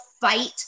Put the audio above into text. fight